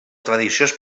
tradicions